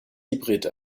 hybrid